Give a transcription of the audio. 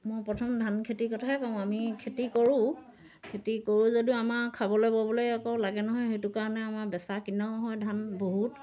প্ৰথম ধান খেতিৰ কথাই কওঁ আমি খেতি কৰোঁ খেতি কৰোঁ যদিও আমাৰ খাবলৈ ববলৈ আকৌ লাগে নহয় সেইটো কাৰণে আমাৰ বেচা কিনাও হয় ধান বহুত